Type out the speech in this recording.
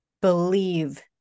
believe